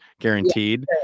guaranteed